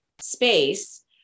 space